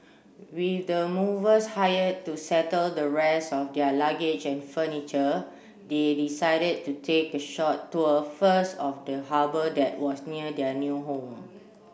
with the movers hired to settle the rest of their luggage and furniture they decided to take a short tour first of the harbour that was near their new home